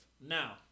Now